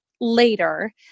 later